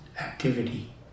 activity